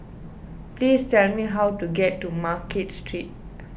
please tell me how to get to Market Street